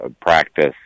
practice